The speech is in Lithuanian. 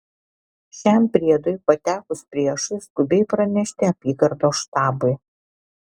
šiam priedui patekus priešui skubiai pranešti apygardos štabui